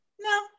No